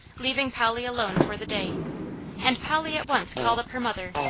leaving polly alone for the day and polly at once called up her mother,